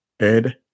Ed